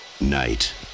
*Night